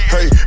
Hey